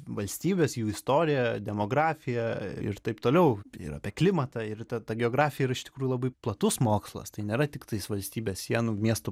valstybes jų istoriją demografiją ir taip toliau ir apie klimatą ir ta ta geografija yra iš tikrųjų labai platus mokslas tai nėra tiktais valstybės sienų miestų